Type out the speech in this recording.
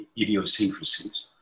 idiosyncrasies